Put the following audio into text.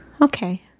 Okay